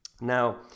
Now